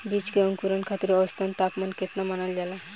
बीज के अंकुरण खातिर औसत तापमान केतना मानल जाला?